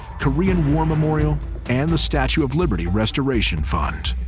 korean war memorial and the statue of liberty restoration fund.